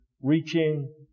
reaching